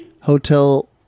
hotel